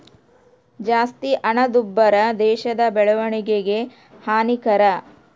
ಜಾಸ್ತಿ ಹಣದುಬ್ಬರ ದೇಶದ ಬೆಳವಣಿಗೆಗೆ ಹಾನಿಕರ